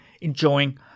enjoying